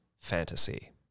fantasy